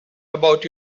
about